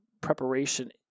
preparation